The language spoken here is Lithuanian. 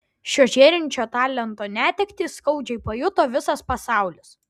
šio žėrinčio talento netektį skaudžiai pajuto visas pasaulis